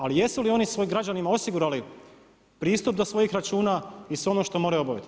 Ali jesu li oni svojim građanima osigurali pristup do svojih računa i sve ono što moraju obaviti.